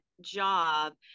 job